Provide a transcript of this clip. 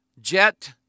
Jet